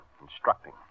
instructing